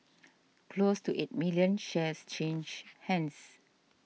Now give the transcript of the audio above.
close to eight million shares changed hands